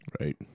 right